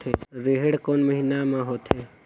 रेहेण कोन महीना म होथे?